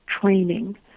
training